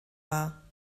war